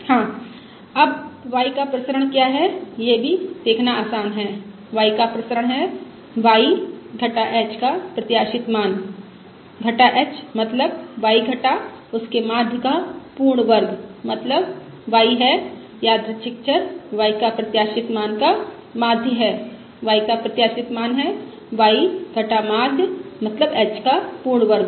हाँ अब y का प्रसरण क्या है यह भी देखना आसान है y का प्रसरण है y घटा h का प्रत्याशित मान है घटा h मतलब y घटा उसके माध्य का पूर्ण वर्ग मतलब y है यादृच्छिक चर y का प्रत्याशित मान का माध्य है y का प्रत्याशित मान है y घटा माध्य मतलब h का पूर्ण वर्ग